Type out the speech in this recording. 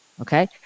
Okay